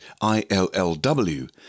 ILLW